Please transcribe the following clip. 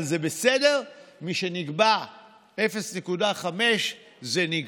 אבל זה בסדר, משנקבע 0.5% זה נקבע.